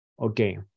okay